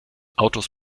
autos